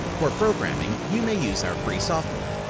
for programming, you may use our free software.